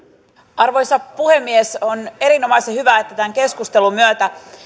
arvoisa puhemies on erinomaisen hyvä että tämän keskustelun myötä